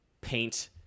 paint